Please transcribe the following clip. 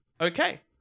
okay